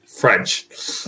French